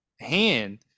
hand